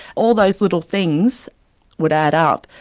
all those little things would add up,